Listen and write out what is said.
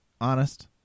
honest